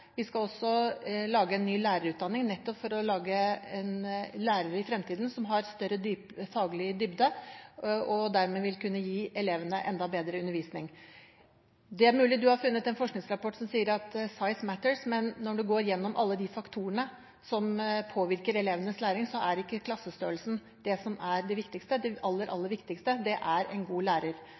Vi skal også lage en ny lærerutdanning, nettopp for å skape lærere som i fremtiden har større faglig dybde, og som dermed vil kunne gi elevene enda bedre undervisning. Det er mulig at representanten Knag Fylkesnes har funnet en forskningsrapport som sier at «size matters», men når en går gjennom alle de faktorene som påvirker elevenes læring, er ikke klassestørrelsen det viktigste. Det aller, aller viktigste er en god lærer.